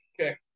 okay